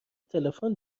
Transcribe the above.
تلفن